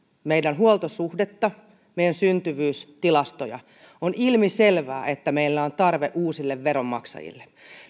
meidän huoltosuhdettamme meidän syntyvyystilastojamme on ilmiselvää että meillä on tarve uusille veronmaksajille